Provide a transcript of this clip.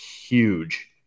huge